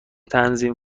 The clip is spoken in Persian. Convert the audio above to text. تنظیم